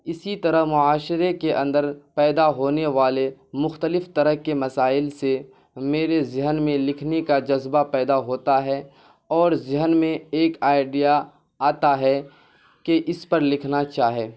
اسی طرح معاشرے کے اندر پیدا ہونے والے مختلف طرح کے مسائل سے میرے ذہن میں لکھنے کا جذبہ پیدا ہوتا ہے اور ذہن میں ایک آئیڈیا آتا ہے کہ اس پر لکھنا چاہے